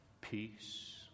peace